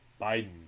Biden